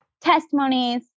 testimonies